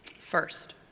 First